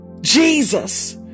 Jesus